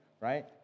right